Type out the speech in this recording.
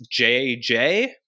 JJ